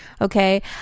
Okay